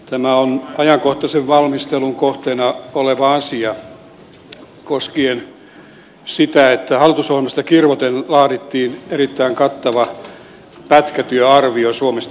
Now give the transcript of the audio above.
tämä on ajankohtaisen valmistelun kohteena oleva asia koskien sitä että hallitusohjelmasta kirvoten laadittiin erittäin kattava pätkätyöarvio suomesta